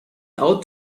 out